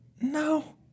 No